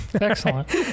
Excellent